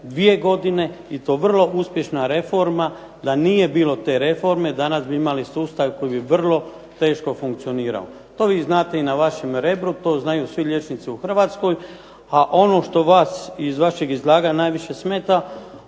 dvije godine i to vrlo uspješna reforma. Da nije bilo te reforme danas bi imali sustav koji bi vrlo teško funkcionirao. To vi znate i na vašem Rebru to znaju svi liječnici u Hrvatskoj. A ono što vas iz vašeg izlaganja najviše smete